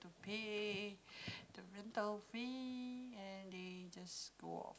pay the rental fee and they just go off